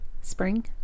spring